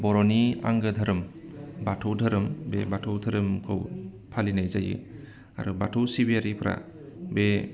बर'नि आंगो धोरोम बाथौ धोरोम बे बाथौ धोरोमखौ फालिनाय जायो आरो बाथौ सिबियारिफ्रा बे